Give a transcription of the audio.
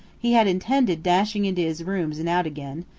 he had intended dashing into his rooms and out again,